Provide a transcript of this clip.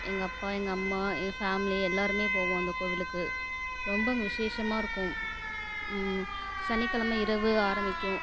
எங்கள் அப்பா எங்கள் அம்மா எங்கள் ஃபேமிலி எல்லாருமே போவோம் அந்த கோவிலுக்கு ரொம்ப அங்கே விசேஷமாகருக்கும் சனிக்கிழம இரவு ஆரம்பிக்கும்